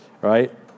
right